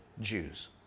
Jews